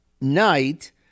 night